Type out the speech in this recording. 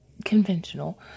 conventional